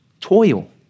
toil